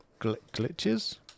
glitches